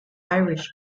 irish